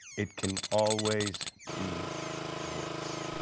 it can always be worse.